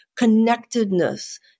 connectedness